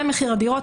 זה מחיר הדירות.